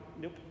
Nope